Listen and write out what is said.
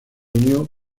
unió